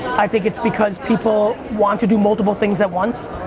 i think its because people want to do multiple things at once.